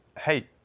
hey